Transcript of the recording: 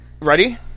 Ready